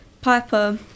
Piper